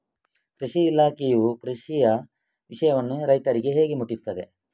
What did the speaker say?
ಕೃಷಿ ಇಲಾಖೆಯು ಕೃಷಿಯ ವಿಷಯವನ್ನು ರೈತರಿಗೆ ಹೇಗೆ ಮುಟ್ಟಿಸ್ತದೆ?